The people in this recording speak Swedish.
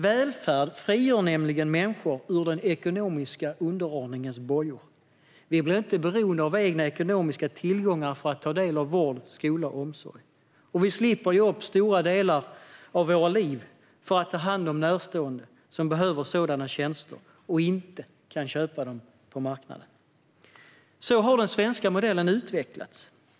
Välfärd frigör nämligen människor ur den ekonomiska underordningens bojor. Vi blir inte beroende av egna ekonomiska tillgångar för att ta del av vård, skola och omsorg. Vi slipper ge upp stora delar av vårt liv för att ta hand om närstående som behöver sådana tjänster och inte kan köpa dem på marknaden. Så har den svenska modellen utvecklats.